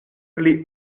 pli